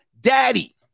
daddy